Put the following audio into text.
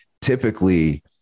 typically